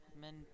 men